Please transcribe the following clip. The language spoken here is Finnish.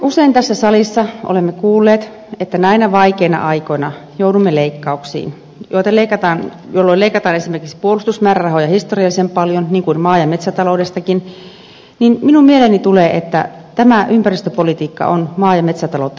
kuten usein tässä salissa olemme kuulleet että näinä vaikeina aikoina joudumme leikkauksiin jolloin leikataan esimerkiksi puolustusmäärärahoja historiallisen paljon niin kuin maa ja metsätaloudestakin niin minun mieleeni tulee että tämä ympäristöpolitiikka on maa ja metsätaloutta syyllistävää